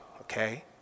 okay